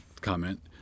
comment